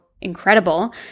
incredible